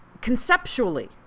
conceptually